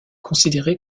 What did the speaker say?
considérée